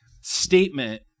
statement